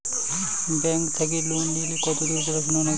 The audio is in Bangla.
ব্যাংক থাকি লোন নিলে কতদূর পড়াশুনা নাগে?